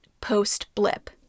post-Blip